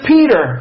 Peter